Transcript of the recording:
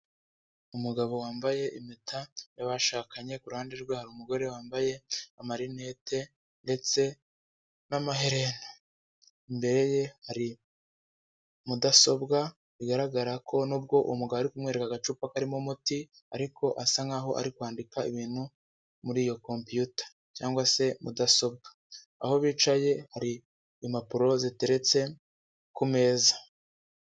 Umugabo wambaye impeta y'abashakanye ku uruhande rwe hari umugore wambaye amarinete ndetse n'amaherene imbere ye hari mudasobwa bigaragara ko nubwo umugore ari kumweyreka agacupa karimo umuti ariko asa nkaho ari kwandika ibintu muri iyo kopiyuta cyangwa se mudasobwa aho bicaye hari impapuro ziteretse ku meza.